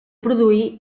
produir